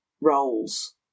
roles